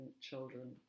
children